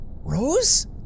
Rose